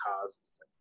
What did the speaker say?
caused